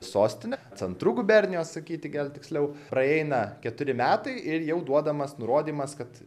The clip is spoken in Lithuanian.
sostine centru gubernijos sakyti gal tiksliau praeina keturi metai ir jau duodamas nurodymas kad